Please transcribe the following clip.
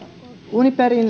uniperin